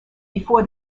before